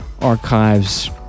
archives